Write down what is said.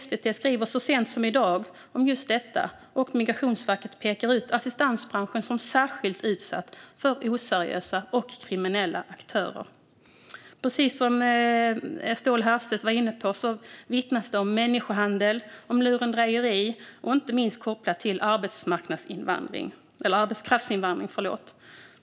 SVT skriver så sent som i dag om just detta, och Migrationsverket pekar ut assistansbranschen som särskilt utsatt för oseriösa och kriminella aktörer. Precis som Ståhl Herrstedt var inne på vittnas det om människohandel och lurendrejeri, inte minst kopplat till arbetskraftsinvandring.